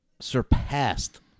surpassed